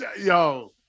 yo